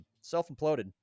self-imploded